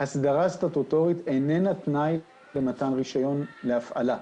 הסדרה סטטוטורית איננה תנאי למתן רישיון להפעלה.